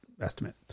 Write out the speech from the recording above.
estimate